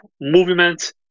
movement